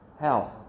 hell